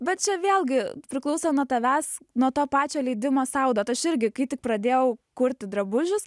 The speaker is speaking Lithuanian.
bet čia vėlgi priklauso nuo tavęs nuo to pačio leidimo sau duot aš irgi kai tik pradėjau kurti drabužius